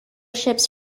ships